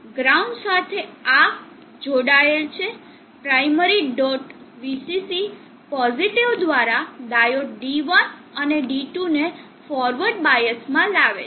ground સાથે આ સાથે જોડાયેલ છે પ્રાઈમરી ડોટ VCC પોઝિટિવ દ્વારા ડાયોડ D1 અને D2 ને ફોરવર્ડ બાયસ માં લાવે છે